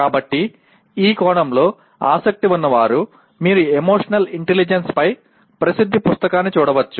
కాబట్టి ఈ కోణంలో ఆసక్తి ఉన్నవారు మీరు ఎమోషనల్ ఇంటెలిజెన్స్పై ప్రసిద్ధ పుస్తకాన్ని చూడవచ్చు